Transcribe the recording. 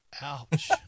Ouch